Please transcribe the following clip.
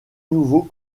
niveaux